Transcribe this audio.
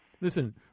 Listen